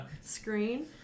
screen